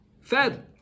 fed